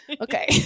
Okay